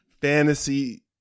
fantasy